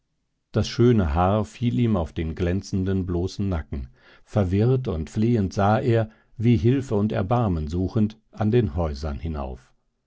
das schöne haar fiel ihm auf den glänzenden bloßen nacken verwirrt und flehend sah er wie hilfe und erbarmen suchend an die häuser hinauf